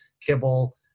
kibble